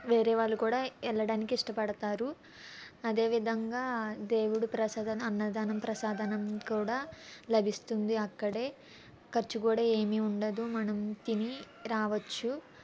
వేరే వాళ్ళు కూడా వెళ్ళడానికి ఇష్టపడతారు అదేవిధంగా దేవుడు ప్రసాదాన్ని అన్నదానం ప్రసాదం కూడా లభిస్తుంది అక్కడే ఖర్చు కూడా ఏమీ ఉండదు మనం తిని రావచ్చు